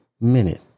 minute